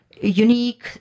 unique